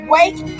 Wake